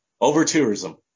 Over-tourism